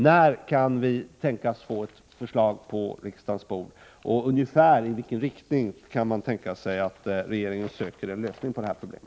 När kan vi få ett förslag på riksdagens bord? I vilken riktning kan det tänkas att regeringen söker en lösning på detta problem?